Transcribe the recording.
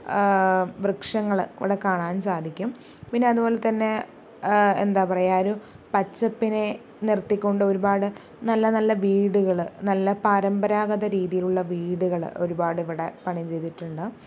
വൃക്ഷങ്ങള് ഇവിടെ കാണാൻ സാധിക്കും പിന്നെ അത്പോലെത്തന്നെ എന്താപറയാ ഒരു പച്ചപ്പിനെ നിർത്തിക്കൊണ്ട് ഒരുപാട് നല്ല നല്ല വീട്കള് നല്ല പരമ്പരാഗത രീതിയിലുള്ള വീടുകള് ഒരുപാട് ഇവിടെ പണി ചെയ്തിട്ടുണ്ട്